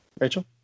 Rachel